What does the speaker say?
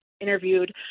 interviewed